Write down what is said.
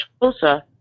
closer